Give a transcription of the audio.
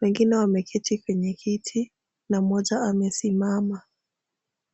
Wengine wameketi kwenye kiti na mmoja amesimama.